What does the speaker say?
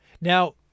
Now